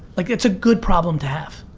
like it's a good problem to have.